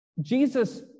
Jesus